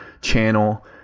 channel